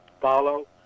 follow